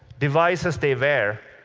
devices they they wear,